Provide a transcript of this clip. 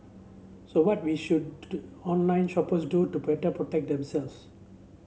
so what we should online shoppers do to better protect themselves